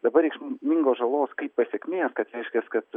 dabar reikšmingos žalos kaip pasekmės kad reiškias kad